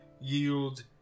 Yield